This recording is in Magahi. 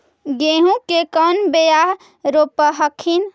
गेहूं के कौन बियाह रोप हखिन?